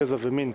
גזע ומין".